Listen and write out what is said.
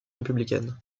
républicaine